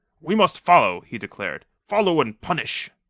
we must follow, he declared. follow and punish.